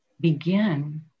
begin